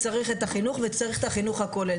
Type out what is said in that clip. צריך את החינוך וצריך את החינוך הכולל.